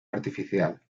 artificial